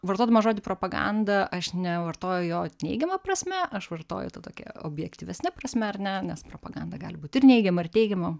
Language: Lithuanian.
vartodama žodį propaganda aš nevartoju jo neigiama prasme aš vartoju ta tokia objektyvesne prasme ar ne nes propaganda gali būt ir neigiama ir teigiama